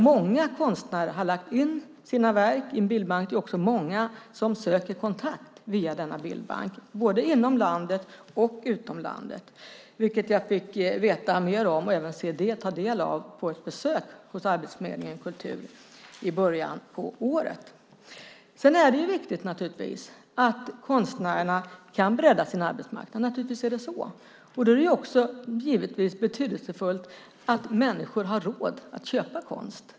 Många konstnärer har lagt in sina verk i bildbanken, och det är också många som söker kontakt via bildbanken, både inom och utom landet, vilket jag fick veta mer om och ta del av vid ett besök på Arbetsförmedlingen Kultur i början av året. Naturligtvis är det viktigt att konstnärerna kan bredda sin arbetsmarknad. Naturligtvis är det så. Det är givetvis också betydelsefullt att människor har råd att köpa konst.